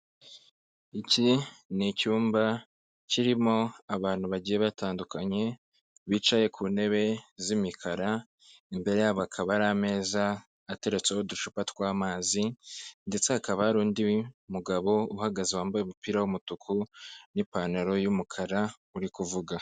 Iki ni icyumba kirimo abantu bagiye batandukanye bicaye ku ntebe z'imikara, imbere yabo hakaba hari ameza ateretseho uducupa tw'amazi ndetse hakaba hari n'undi mugabo uhagaze wambaye umupira w'umutuku n'ipantaro y'umukara uri kuvuga.